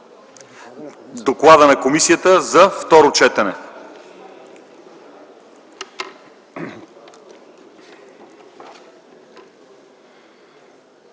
доклада на комисията за второ четене,